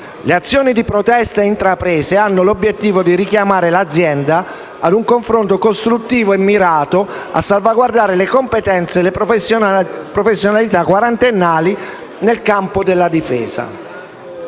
Le azioni di protesta intraprese hanno l'obiettivo di richiamare l'azienda ad un confronto costruttivo e mirato a salvaguardare le competenze e le professionalità quarantennali nel campo della difesa.